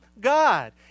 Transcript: God